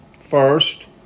First